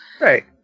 right